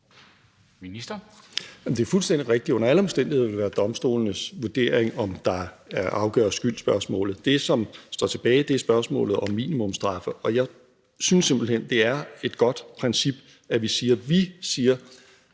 Det er fuldstændig rigtigt, at under alle omstændigheder vil det være domstolenes vurdering, der afgør skyldsspørgsmålet. Det, som står tilbage, er spørgsmålet om minimumsstraffe. Og jeg synes simpelt hen, at det er et godt princip, at vi siger, hvad